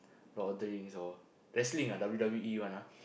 Lord of the Rings or wrestling ah W_W_E one ah